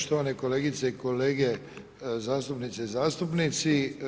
Štovane kolegice i kolege zastupnice i zastupnici.